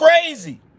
crazy